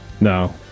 No